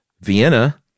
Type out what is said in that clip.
Vienna